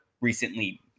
recently